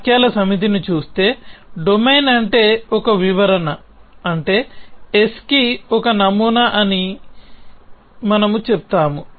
వాక్యాల సమితిని చూస్తే డొమైన్ అంటే ఒక వివరణ అంటే s కి ఒక నమూనా అని మనము చెప్తాము